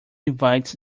invites